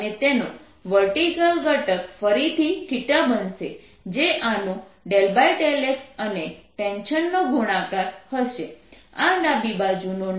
અને તેનો વર્ટિકલ ઘટક ફરીથી બનશે જે આનું ∂x અને ટેન્શનનો ગુણાકાર હશે આ ડાબી બાજુનો નેટ ફોર્સ છે